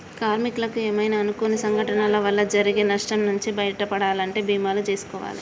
కార్మికులకు ఏమైనా అనుకోని సంఘటనల వల్ల జరిగే నష్టం నుంచి బయటపడాలంటే బీమాలు జేసుకోవాలే